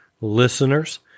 listeners